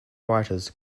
writers